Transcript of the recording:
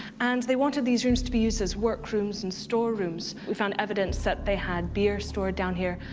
and they wanted these rooms to be used as work rooms and store rooms. we found evidence that they had beer stored down here,